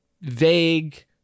vague